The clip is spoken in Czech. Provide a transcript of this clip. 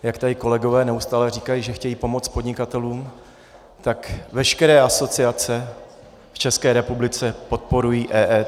Jak tady kolegové neustále říkají, že chtějí pomoct podnikatelům, tak veškeré asociace v České republice podporují EET.